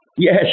Yes